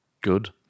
good